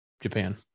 Japan